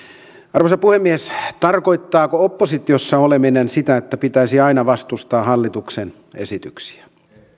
arvoisa puhemies tarkoittaako oppositiossa oleminen sitä että pitäisi aina vastustaa hallituksen esityksiä